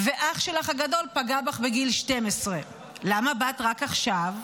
ואח שלך הגדול פגע בך בגיל 12, למה באת רק עכשיו?